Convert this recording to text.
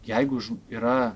jeigu ž yra